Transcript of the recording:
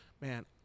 man